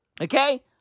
Okay